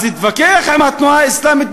אז להתווכח עם התנועה האסלאמית,